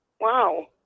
Wow